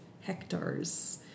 hectares